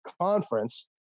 conference